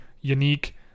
Unique